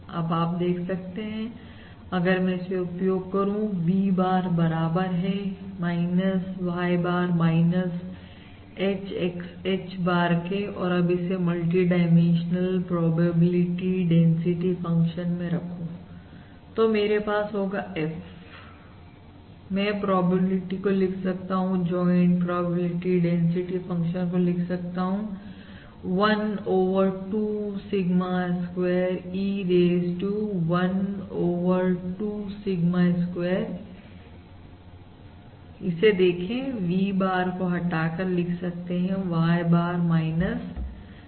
अब आप देख सकते हैं अगर मैं इसे उपयोग करूं V bar बराबर है Y bar H X H bar के और अब इसे मल्टीडाइमेंशनल प्रोबेबिलिटी डेंसिटी फंक्शन में रखो तो मेरे पास होगा F मैं प्रोबेबिलिटी को लिख सकता हूं ज्वाइंट प्रोबेबिलिटी डेंसिटी फंक्शन को लिख सकता हूं 1 over 2 sigma square E raise 2 1 over 2 sigma square इसे देखें V bar को हटाकर लिख सकता हूं Y bar XH bar